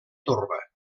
torba